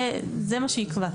זה מה שיקבע.